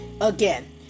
Again